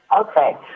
Okay